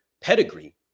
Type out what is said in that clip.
pedigree